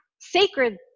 sacred